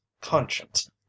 conscience